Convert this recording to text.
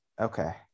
okay